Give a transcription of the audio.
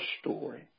story